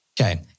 Okay